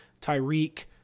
Tyreek